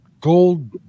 gold